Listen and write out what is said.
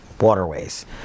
waterways